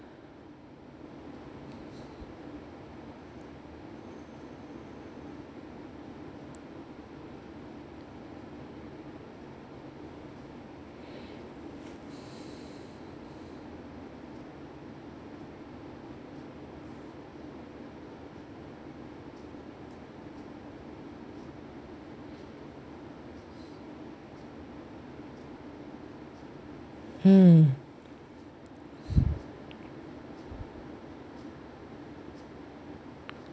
hmm